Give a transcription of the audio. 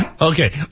Okay